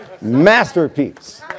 masterpiece